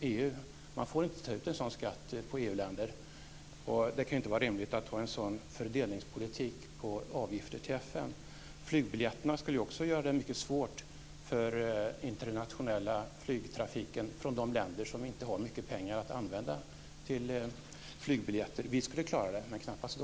En sådan skatt får inte tas ut på EU-länder. Det kan inte vara rimligt att ha en sådan fördelningspolitik på avgifter till FN. Skatt på flygbiljetterna skulle göra det svårt att ha en internationell flygtrafik från de länder som inte har pengar till flygbiljetter. Vi skulle klara det, men knappast de.